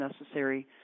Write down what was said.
necessary